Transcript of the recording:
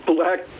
Black